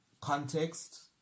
context